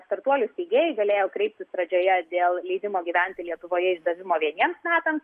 startuolių steigėjai galėjo kreiptis pradžioje dėl leidimo gyventi lietuvoje išdavimo vieniems metams